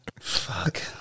fuck